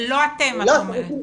לא אתם, את אומרת?